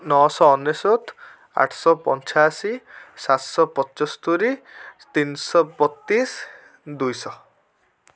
ନଅଶହ ଅନେଶ୍ୱତ ଆଠଶହ ପଞ୍ଚାଅଶୀ ସାତଶହ ପଚସ୍ତୋରି ତିନିଶହ ବତିଶ ଦୁଇଶହ